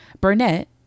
Burnett